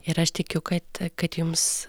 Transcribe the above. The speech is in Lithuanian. ir aš tikiu kad kad jums